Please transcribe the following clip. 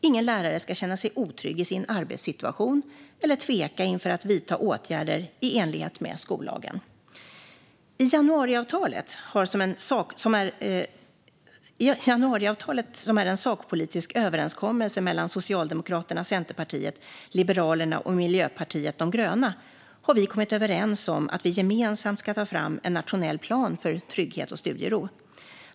Ingen lärare ska känna sig otrygg i sin arbetssituation eller tveka inför att vidta åtgärder i enlighet med skollagen. I januariavtalet, som är en sakpolitisk överenskommelse mellan Socialdemokraterna, Centerpartiet, Liberalerna och Miljöpartiet de gröna, har vi kommit överens om att vi gemensamt ska ta fram en nationell plan för trygghet och studiero.